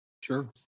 sure